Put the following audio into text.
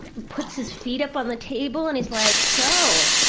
puts his feet up on the table and he's like, so?